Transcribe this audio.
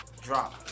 drop